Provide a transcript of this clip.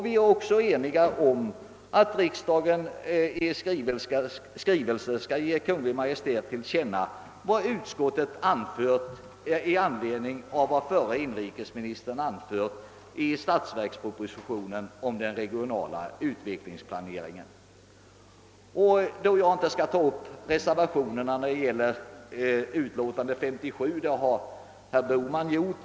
Vi är också eniga om att riksdagen i skrivelse till Kungl. Maj:t bör ge till känna vad utskottet anfört i anledning av förre inrikesministerns uttalande i statsverkspropositionen om den regionala samhällsplaneringen. Jag skall inte tala om de reservationer som fogats till statsutskottets utlåtande nr 57 — det har herr Bohman redan gjort.